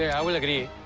yeah i will agree.